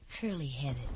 Curly-headed